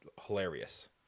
hilarious